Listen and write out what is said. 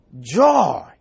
joy